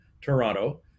Toronto